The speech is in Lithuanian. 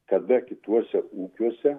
kada kituose ūkiuose